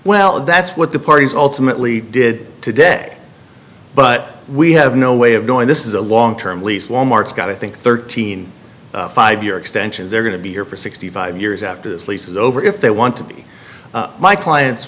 well that's what the parties ultimately did today but we have no way of doing this is a long term lease wal mart's got to think thirteen five year extensions they're going to be here for sixty five years after this lease is over if they want to be my clients